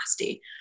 nasty